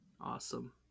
Awesome